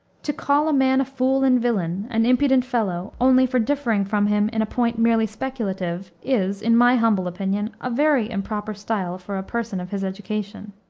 to call a man a fool and villain, an impudent fellow, only for differing from him in a point merely speculative, is, in my humble opinion, a very improper style for a person of his education.